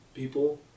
people